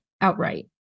outright